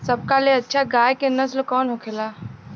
सबका ले अच्छा गाय के नस्ल कवन होखेला?